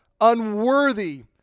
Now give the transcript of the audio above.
unworthy